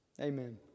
Amen